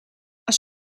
als